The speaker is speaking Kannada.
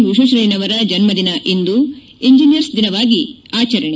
ವಿಶ್ವೇಶ್ವರಯ್ನನವರ ಜನ್ನದಿನ ಇಂದು ಇಂಜಿನಿಯರ್ಸ್ ದಿನವಾಗಿ ಆಚರಣೆ